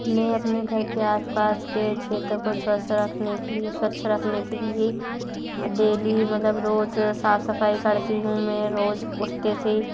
मैं अपने घर की आसपास के क्षेत्र को स्वच्छ रखने के लिए स्वच्छ रखने के लिए हाँ डेली मतलब रोज साफ सफाई करती हूँ मैं रोज उठते से ही